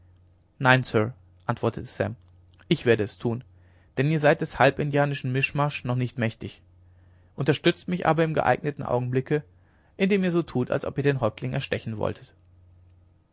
nein sir antwortete sam ich werde es tun denn ihr seid des halbindianischen mischmasch noch nicht mächtig unterstützt mich aber im geeigneten augenblicke indem ihr so tut als ob ihr den häuptling erstechen wolltet